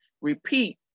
repeat